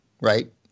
right